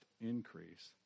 increase